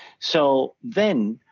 so then,